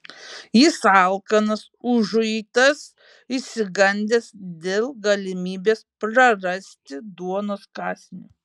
jis alkanas užuitas išsigandęs dėl galimybės prarasti duonos kąsnį